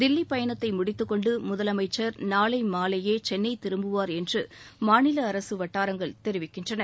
தில்லி பயணத்தை முடித்துக் கொண்டு முதலமைச்சர் நாளை மாலையே சென்னை திரும்புவார் என்று மாநில அரசு வட்டாரங்கள் தெரிவிக்கின்றன